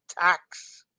tax